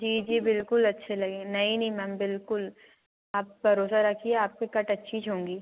जी जी बिल्कुल अच्छे लगेंगे नई नई मैम बिल्कुल आप भरोसा रखिए आपकी कट अच्छी होंगी